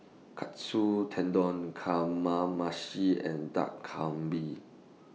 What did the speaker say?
Katsu Tendon Kamameshi and Dak